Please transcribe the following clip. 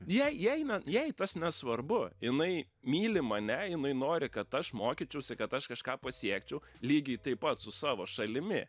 jai jai n jai tas nesvarbu jinai myli mane jinai nori kad aš mokyčiausi kad aš kažką pasiekčiau lygiai taip pat su savo šalimi